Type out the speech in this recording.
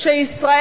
את